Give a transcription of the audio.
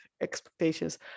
expectations